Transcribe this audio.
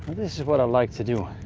this is what i like to do.